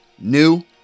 New